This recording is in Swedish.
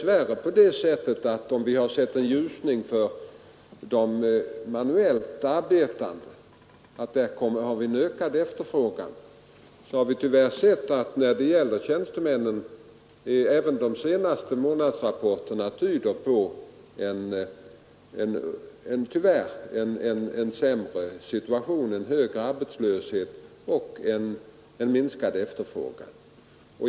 Vi har sett en ljusning för de manuellt arbetande, där vi har en ökad efterfrågan, men när det gäller tjänstemännen tyder tyvärr även de senaste månadsrapporterna på en sämre situation, en högre arbetslöshet och en minskad efterfrågan.